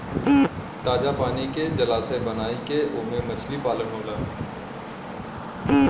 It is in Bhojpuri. ताजा पानी के जलाशय बनाई के ओमे मछली पालन होला